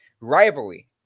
rivalry